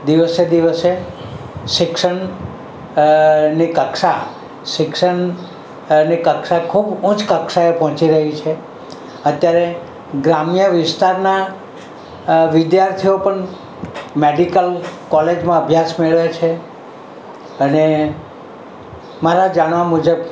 દિવસે દિવસે શિક્ષણ ની કક્ષા શિક્ષણની કક્ષા ખૂબ ઉચ્ચ કક્ષાએ પહોંચી રહી છે અત્યારે ગ્રામ્ય વિસ્તારના વિદ્યાર્થીઓ પણ મેડિકલ કોલેજમાં અભ્યાસ મેળવે છે અને મારા જાણવા મુજબ